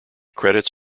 credits